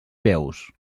peus